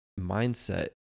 mindset